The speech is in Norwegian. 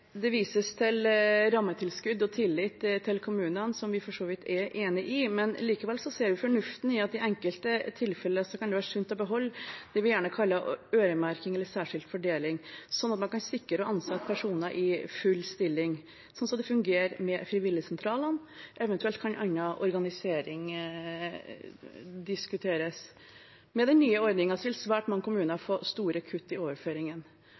Det vises til rammetilskudd og tillit til kommunene, som vi for så vidt er enig i, men likevel ser vi fornuften i at det i enkelte tilfeller kan være sunt å beholde det vi gjerne kaller øremerking eller særskilt fordeling, slik at man kan sikre å ansette personer i full stilling, slik det fungerer ved frivilligsentralene. Eventuelt kan annen organisering diskuteres. Med den nye ordningen vil svært mange kommuner få store kutt i